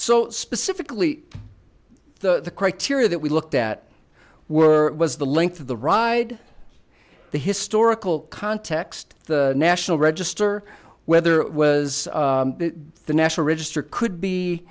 so specifically the criteria that we looked at were was the length of the ride the historical context the national register whether it was the national register could